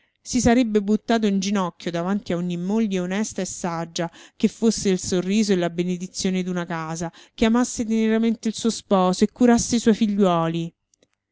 si sarebbe buttato in ginocchio davanti a ogni moglie onesta e saggia che fosse il sorriso e la benedizione d'una casa che amasse teneramente il suo sposo e curasse i suoi figliuoli